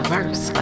Verse